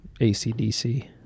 ACDC